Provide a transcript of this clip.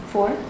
Four